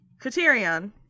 Katerion